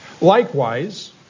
Likewise